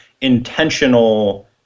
intentional